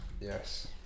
Yes